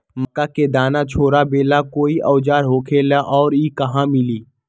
मक्का के दाना छोराबेला कोई औजार होखेला का और इ कहा मिली?